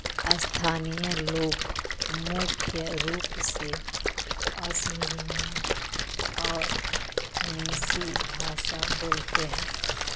स्थानीय लोग मुख्य रूप से असमिया और मिसिं भाषा बोलते हैं